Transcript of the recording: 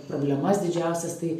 problemas didžiausias tai